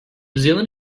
zealand